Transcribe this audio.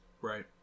right